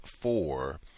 four